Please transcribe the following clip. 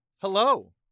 Hello